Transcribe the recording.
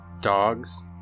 dogs